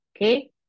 Okay